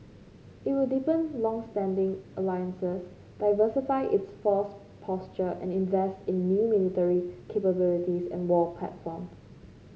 it will deepen long standing alliances diversify its force posture and invest in new military capabilities and war platforms